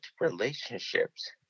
relationships